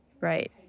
Right